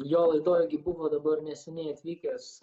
jo laidoj gi buvo dabar neseniai atvykęs